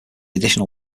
additional